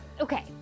okay